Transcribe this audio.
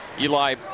Eli